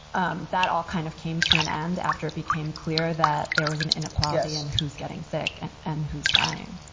um that all kind of came to an end after it became clear that there was an inequality in who's getting sick and and who's dying